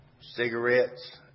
cigarettes